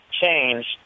changed